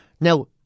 Now